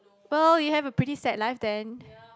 well you have a pretty sad life then